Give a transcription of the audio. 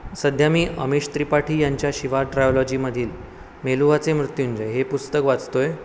सध्या मी अमिश त्रिपाठी यांच्या शिवा ट्रॅव्हलॉजीमधील मेलुहाचे मृत्युंजय हे पुस्तक वाचतो आहे